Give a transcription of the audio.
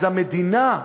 אז המדינה,